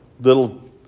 little